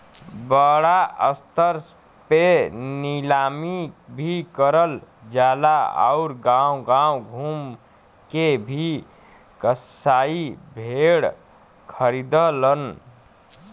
बड़ा स्तर पे नीलामी भी करल जाला आउर गांव गांव घूम के भी कसाई भेड़ खरीदलन